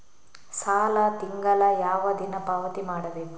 ಸಾಲ ತಿಂಗಳ ಯಾವ ದಿನ ಪಾವತಿ ಮಾಡಬೇಕು?